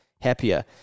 happier